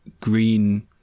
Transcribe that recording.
green